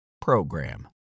program